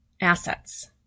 assets